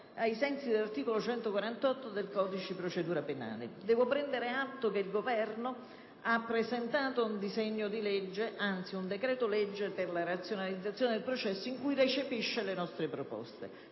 ai sensi dell'articolo 148 del codice di procedura penale. Devo prendere atto che il Governo ha presentato un decreto-legge per la razionalizzazione del processo in cui recepisce le nostre proposte.